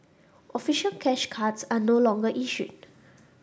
official cash cards are no longer issued